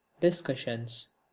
discussions